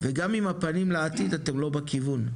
וגם עם הפנים לעתיד אתם לא בכיוון.